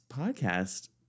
podcast